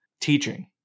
teaching